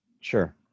Sure